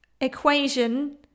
equation